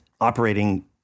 operating